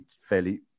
fairly